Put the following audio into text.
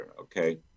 okay